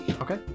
Okay